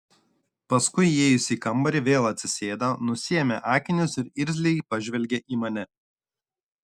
paskui įėjusi į kambarį vėl atsisėdo nusiėmė akinius ir irzliai pažvelgė į mane